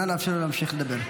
נא לאפשר לו להמשיך לדבר.